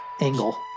angle